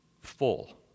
full